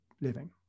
living